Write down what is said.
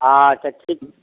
अच्छा ठीक